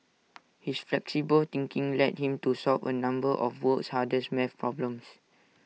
his flexible thinking led him to solve A number of the world's hardest math problems